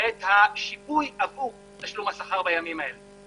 את השיפוי עבור תשלום בימים האלה.